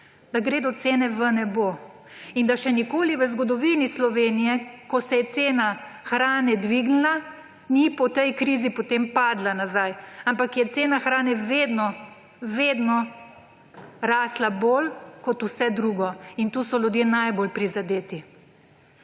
da gredo cene v nebo in da še nikoli v zgodovini Slovenije, ko se je cena hrane dvignila, ni po tej krizi potem padla nazaj, ampak je cena hrane vedno, vedno rasla bolj kot vse drugo. In tu so ljudje najbolj prizadeti.